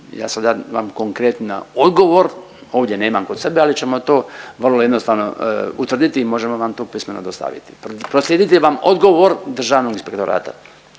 ja sada vam konkretno odgovor ovdje nemam kod sebe, ali ćemo to vrlo jednostavno utvrditi i možemo vam to pismeno dostaviti, proslijediti vam odgovor Državnog inspektorata.